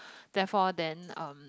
therefore then um